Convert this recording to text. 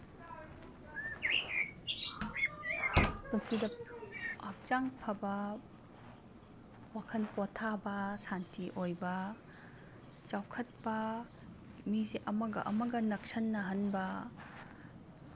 ꯄꯨꯟꯁꯤꯗ ꯍꯛꯆꯥꯡ ꯐꯕ ꯋꯥꯈꯟ ꯄꯣꯊꯥꯕ ꯁꯥꯟꯇꯤ ꯑꯣꯏꯕ ꯆꯥꯎꯈꯠꯄ ꯃꯤꯁꯦ ꯑꯃꯒ ꯑꯃꯒ ꯅꯛꯁꯤꯟꯅꯍꯟꯕ